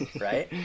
right